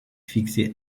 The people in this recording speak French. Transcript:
fixé